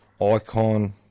Icon